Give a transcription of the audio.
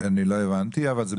לא הבנתי, אבל זה בסדר.